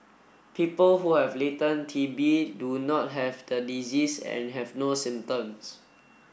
people who have latent T B do not have the disease and have no symptoms